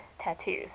tattoos